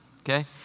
Okay